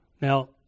Now